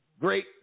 great